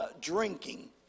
drinking